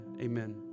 Amen